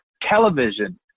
television